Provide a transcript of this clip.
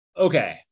okay